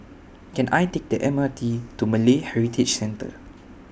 Can I Take The M R T to Malay Heritage Centre